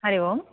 हरिः ओम्